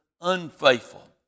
unfaithful